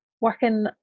working